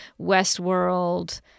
Westworld